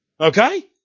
Okay